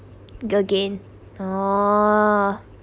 the gain oh